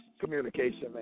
communication